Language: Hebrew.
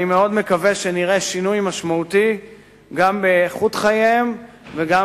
אני מאוד מקווה שנראה שינוי משמעותי גם באיכות החיים וגם